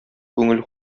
күңел